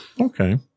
Okay